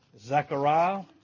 Zechariah